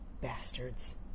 bastards